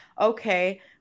okay